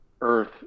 Earth